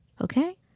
Okay